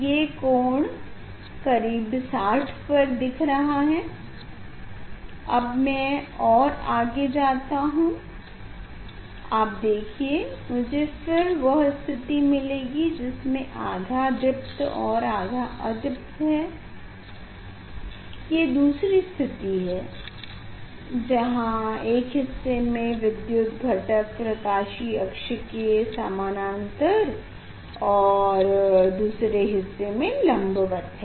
ये कोण करीब 60 पर दिख रहा है अब मै और आगे जाता हूँ आप देखिए मुझे फिर वह स्थिति मिलेगी जिसमे आधा दीप्त और आधा अदीप्त है ये दूसरी स्थिति है जहाँ एक हिस्से में विद्युत घटक प्रकाशीय अक्ष के समानांतर और दूसरे हिस्से में लम्बवत है